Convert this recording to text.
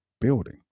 building